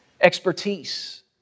expertise